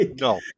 No